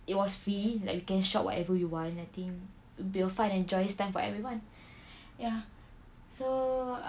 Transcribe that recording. it was free like we can shop whatever we want I think we will find enjoy stuff for everyone ya so